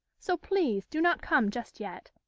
so please do not come just yet.